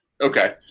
Okay